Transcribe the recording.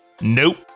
Nope